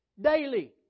daily